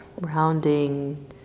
rounding